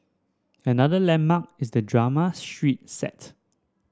another landmark is the drama street set